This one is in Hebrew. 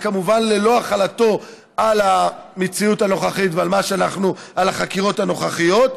וכמובן לאי-החלתו על המציאות הנוכחית ועל החקירות הנוכחיות,